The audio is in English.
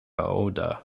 oda